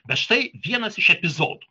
bet štai vienas iš epizodų